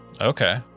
okay